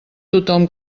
tothom